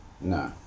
No